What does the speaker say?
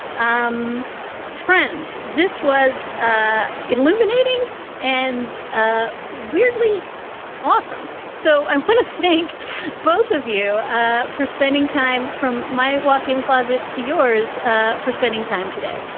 um friends, this was ah illuminating and ah weirdly awesome. so i want to thank both of you ah for spending time from my walk in closet to yours ah for spending time today.